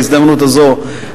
בהזדמנות הזו,